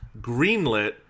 greenlit